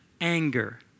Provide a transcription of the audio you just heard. anger